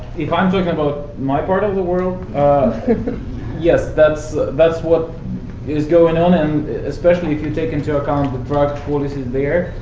if i'm talking about my part of the world, yes, that's that's what is going on. and especially if you take into account the drug policies there.